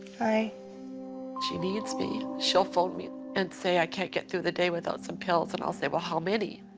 hi. if she needs me, she'll phone me and say, i can't get through the day without some pills. and i'll say, well, how many?